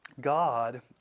God